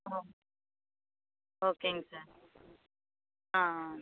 ஓ ஓகேங்க சார் ஆ ஆ